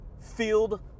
field